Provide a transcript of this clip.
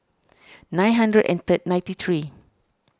nine hundred and third ninety three